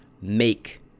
make